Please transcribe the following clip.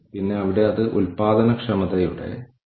അതിനാൽ അതാണ് സ്റ്റേക്ക്ഹോൾഡേഴ്സ്